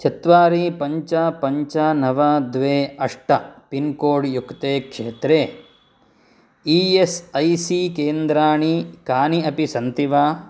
चत्वारि पञ्च पञ्च नव द्वे अष्ट पिन्कोड् युक्ते क्षेत्रे ई एस् ऐ सी केन्द्राणि कानि अपि सन्ति वा